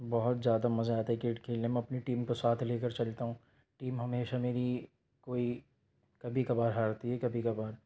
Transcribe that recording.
بہت زیادہ مزہ آتا ہے کرکٹ کھیلنے میں اپنی ٹیم کو ساتھ لے کر چلتا ہوں ٹیم ہمیشہ میری کوئی کبھی کبھار ہارتی ہے کبھی کبھار